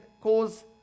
cause